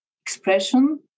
expression